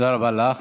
תודה רבה לך.